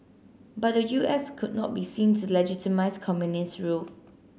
but the U S could not be seen to legitimise communist rule